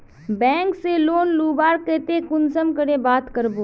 Bank से loan लुबार केते कुंसम करे बात करबो?